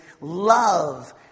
love